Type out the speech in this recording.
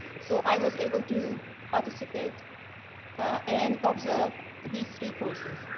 so i was able to participate and observe these three courses.